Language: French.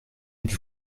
êtes